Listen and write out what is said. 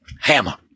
Hammer